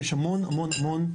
כי יש המון המון,